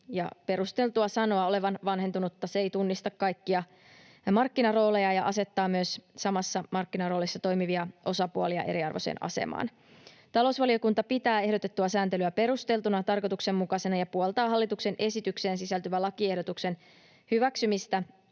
perusteltua sanoa, olevan vanhentunutta. Se ei tunnista kaikkia markkinarooleja ja asettaa myös samoissa markkinarooleissa toimivia osapuolia eriarvoiseen asemaan. Talousvaliokunta pitää ehdotettua sääntelyä perusteltuna ja tarkoituksenmukaisena ja puoltaa hallituksen esitykseen sisältyvän lakiehdotuksen hyväksymistä